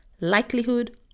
likelihood